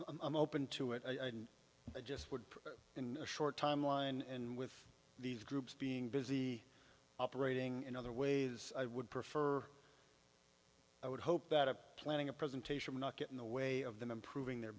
if i'm open to it i just would put in a short timeline and with these groups being busy operating in other ways i would prefer i would hope that of planning a presentation not get in the way of them improving their